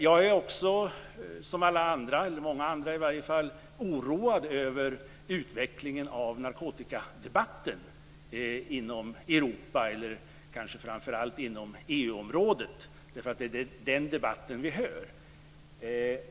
Jag är också som många andra oroad över utvecklingen av narkotikadebatten inom Europa, och kanske framför allt inom EU-området, eftersom det är den debatten som vi hör.